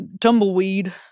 tumbleweed